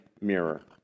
mirror